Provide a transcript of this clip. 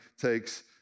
takes